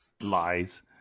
Lies